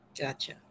gotcha